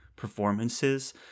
performances